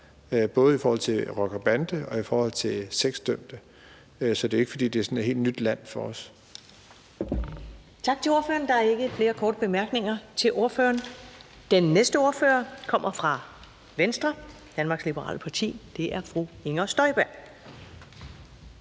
både i forhold til rocker-bande-miljøet og i forhold til sexdømte, så det er ikke, fordi det sådan er helt nyt land for os. Kl. 10:13 Første næstformand (Karen Ellemann): Tak til ordføreren. Der er ikke flere korte bemærkninger til ordføreren. Den næste ordfører kommer fra Venstre, Danmarks Liberale Parti, og det er fru Inger Støjberg.